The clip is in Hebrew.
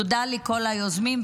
תודה לכל היוזמים,